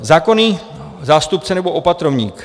Zákonný zástupce nebo opatrovník.